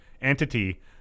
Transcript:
entity